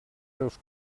seus